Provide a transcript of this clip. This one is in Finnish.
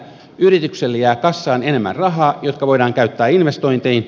yritykselle jää kassaan enemmän rahaa jotka voidaan käyttää investointeihin